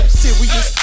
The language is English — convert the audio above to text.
serious